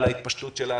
על ההתפשטות שלה,